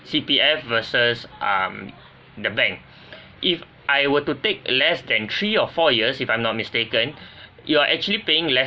C_P_F versus um the bank if I were to take less than three or four years if I'm not mistaken you're actually paying lesser